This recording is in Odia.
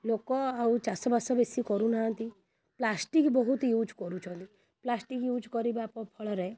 ଲୋକ ଆଉ ଚାଷବାସ ବେଶୀ କରୁନାହାନ୍ତି ପ୍ଲାଷ୍ଟିକ୍ ବହୁତ ୟୁଜ୍ କରୁଛନ୍ତି ପ୍ଲାଷ୍ଟିକ୍ ୟୁଜ୍ କରିବା ଫଳରେ